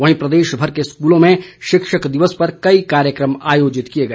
वहीं प्रदेश भर के स्कूलों में शिक्षक दिवस पर कई कार्यक्रम आयोजित किए गए